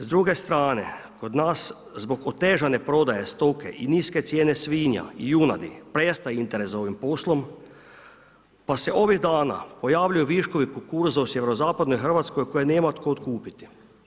S druge strane, kod nas zbog otežane prodaje stoke i niske cijene svinja, junadi, prestaje interes za ovim poslom pa se ovih dana pojavljuju viškovi kukuruza u sjeverozapadnoj Hrvatskoj koje nema tko otkupiti.